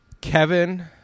Kevin